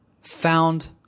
found